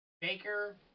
Baker